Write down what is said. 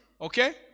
okay